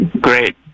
Great